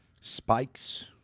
spikes